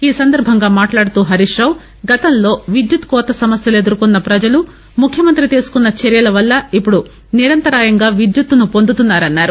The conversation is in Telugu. ఈసందర్భంగా మాట్లాడుతూ హరీష్రావు గతంలో విద్యుత్ కోత సమస్యలు ఎదుర్కొన్న పజలు ముఖ్యమంతి తీసుకున్న చర్యల వల్ల ఇపుడు నిరంతరాయంగా విద్యుత్ను పొందుతున్నారన్నారు